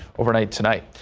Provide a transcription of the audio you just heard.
overnight tonight.